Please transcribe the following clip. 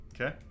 okay